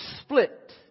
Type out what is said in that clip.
split